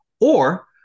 Or-